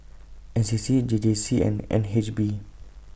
N C C J J C and N H B